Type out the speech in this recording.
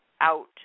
out